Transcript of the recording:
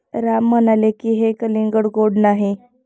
राम म्हणाले की, हे कलिंगड गोड नाही